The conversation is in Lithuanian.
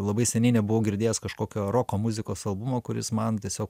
labai seniai nebuvau girdėjęs kažkokio roko muzikos albumo kuris man tiesiog